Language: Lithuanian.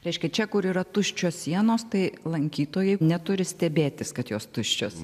reiškia čia kur yra tuščios sienos tai lankytojai neturi stebėtis kad jos tuščios